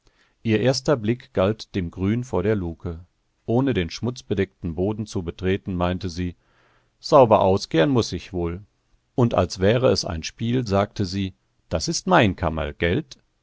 ihr erster blick galt dem grün vor der luke ohne den schmutzbedeckten boden zu betreten meinte sie sauber auskehren muß ich wohl und als wäre es ein spiel sagte sie das ist mein